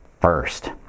first